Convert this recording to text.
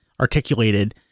articulated